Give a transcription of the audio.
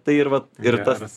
tai ir vat ir tas